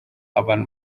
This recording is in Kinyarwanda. urban